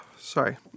Sorry